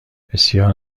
بسیار